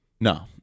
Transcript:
No